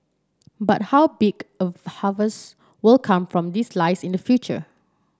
but how big a harvest will come from this lies in the future